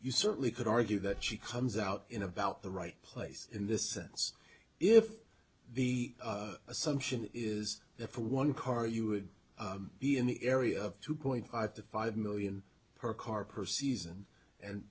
you certainly could argue that she comes out in about the right place in this sense if the assumption is that for one car you would be in the area of two point five to five million per car per season and